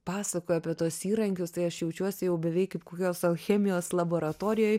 pasakoji apie tuos įrankius tai aš jaučiuosi jau beveik kaip kokios alchemijos laboratorijoj